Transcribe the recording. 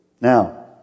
Now